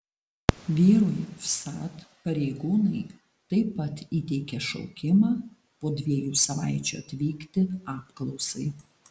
vyrui vsat pareigūnai taip pat įteikė šaukimą po dviejų savaičių atvykti apklausai